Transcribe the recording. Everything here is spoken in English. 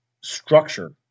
structure